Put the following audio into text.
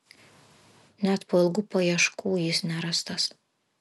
net po ilgų paieškų jis nerastas